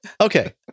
Okay